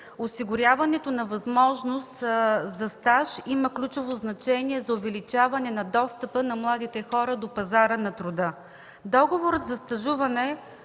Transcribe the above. осигуряването на възможност за стаж има ключово значение за увеличаване на достъпа на младите хора до пазара на труда.